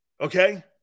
Okay